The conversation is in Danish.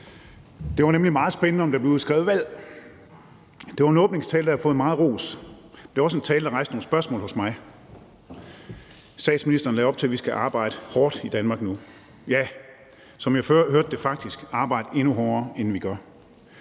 Det var nemlig meget spændende, om der blev udskrevet valg. Det var en åbningstale, der har fået meget ros. Det var også en tale, der rejste nogle spørgsmål hos mig. Statsministeren lagde op til, at vi skal arbejde hårdt i Danmark nu, ja, som jeg hørte det, faktisk arbejde endnu hårdere, end vi gør.